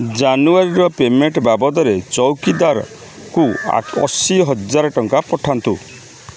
ଜାନୁଆରୀର payment ବାବଦରେ ଚୌକିଦାରଙ୍କୁ ଅଶୀହଜାରେ ଟଙ୍କା ପଠାନ୍ତୁ